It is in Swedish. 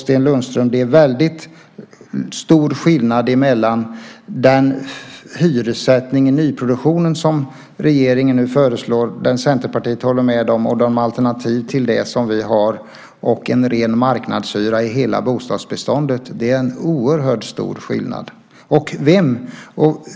Det är väldigt stor skillnad mellan den hyressättning i nyproduktionen som regeringen nu föreslår som Centerpartiet håller med om med de alternativ som vi har och en ren marknadshyra i hela bostadsbeståndet. Det är en oerhört stor skillnad.